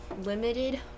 limited